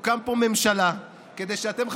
שתוקם פה ממשלה כדי שאתם,